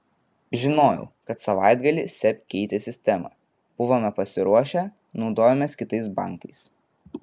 žinojau kad savaitgalį seb keitė sistemą buvome pasiruošę naudojomės kitais bankais